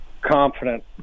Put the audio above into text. confident